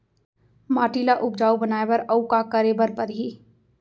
माटी ल उपजाऊ बनाए बर अऊ का करे बर परही?